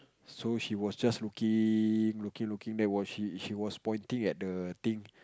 so she was just looking looking looking then was she she was pointing at the thing